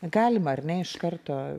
galima ar ne iš karto